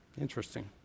Interesting